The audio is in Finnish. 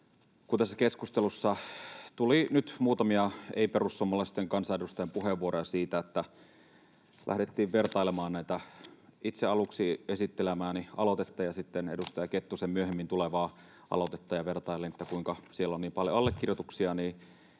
tässä keskustelussa tuli nyt muutamia ei-perussuomalaisten kansanedustajien puheenvuoroja, joissa lähdettiin vertailemaan itse aluksi esittelemääni aloitetta ja sitten edustaja Kettusen myöhemmin tullutta aloitetta ja vertailemaan, kuinka siellä on niin paljon allekirjoituksia,